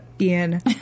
Ian